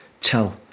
tell